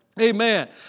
Amen